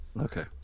Okay